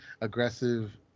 aggressive